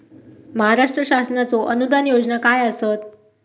महाराष्ट्र शासनाचो अनुदान योजना काय आसत?